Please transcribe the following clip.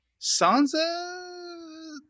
Sansa